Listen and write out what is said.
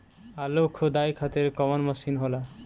आलू खुदाई खातिर कवन मशीन होला?